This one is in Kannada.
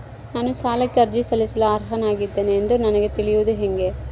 ನಾನು ಸಾಲಕ್ಕೆ ಅರ್ಜಿ ಸಲ್ಲಿಸಲು ಅರ್ಹನಾಗಿದ್ದೇನೆ ಎಂದು ನನಗ ತಿಳಿಯುವುದು ಹೆಂಗ?